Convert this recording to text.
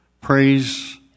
praise